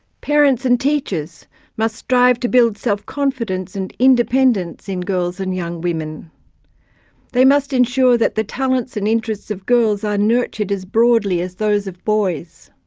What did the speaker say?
parents and teachers must strive to build self-confidence self-confidence and independence in girls and young women they must ensure that the talents and interests of girls are nurtured as broadly as those of boys.